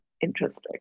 interesting